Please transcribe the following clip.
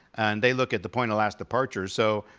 and they look at the point of last departure, so,